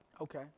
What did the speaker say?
Okay